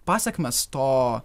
pasekmes to